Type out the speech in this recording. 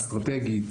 אסטרטגית,